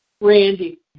Randy